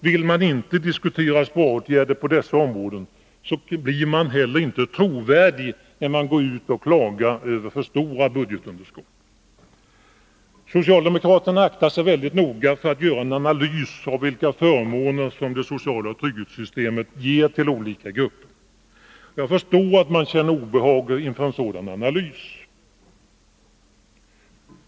Vill man inte diskutera sparåtgärder på dessa områden blir man inte trovärdig när man går ut och klagar på för stora budgetunderskott. Socialdemokraterna aktar sig mycket noga för att göra en analys av vilka förmåner det sociala trygghetssystemet ger till olika grupper. Jag förstår att de känner obehag inför en sådan analys.